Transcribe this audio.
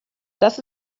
das